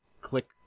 Click